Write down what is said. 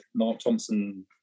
markthompson